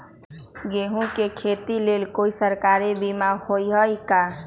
गेंहू के खेती के लेल कोइ सरकारी बीमा होईअ का?